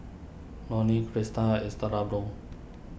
Loney Crista